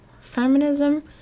feminism